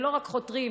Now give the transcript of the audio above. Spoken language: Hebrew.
ולא רק חותרים,